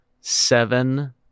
Seven